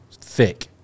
Thick